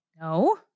No